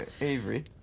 Avery